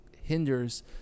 hinders